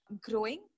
growing